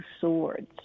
swords